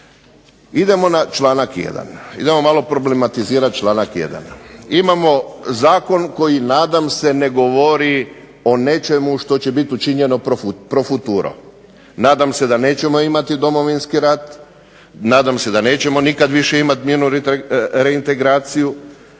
Idemo na članak 1., idemo malo problematizirati članak 1. Imamo zakon koji nadam se ne govori o nečemu što će biti učinjeno pro futuro. Nadam se da nećemo imati Domovinski rat, nadam se da nećemo nikad više imati mirnu reintegraciju,